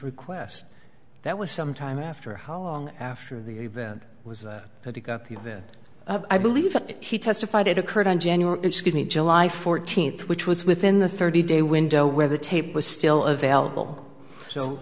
request that was sometime after how long after the event was i believe he testified it occurred on genuine skinny july fourteenth which was within the thirty day window where the tape was still available so